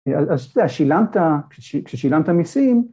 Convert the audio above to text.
‫אז אתה שילמת, כששילמת מיסים...